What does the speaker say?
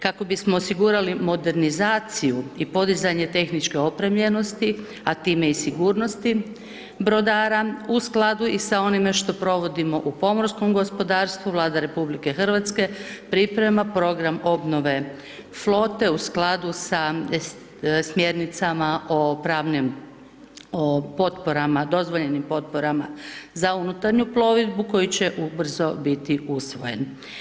Kako bismo osigurali modernizaciju i podizanje tehničke opremljenosti, a time i sigurnosti, brodara, u skladu i sa onime što provodimo u pomorskom gospodarstvu, Vlada Republike Hrvatske, priprema program obnove flote u skladu sa smjernicama o pravnim o potporama, dozvoljenim potporama za unutarnju plovidbu koji će ubrzo biti usvojen.